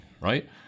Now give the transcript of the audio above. right